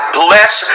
bless